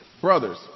Brothers